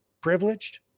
privileged